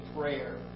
prayer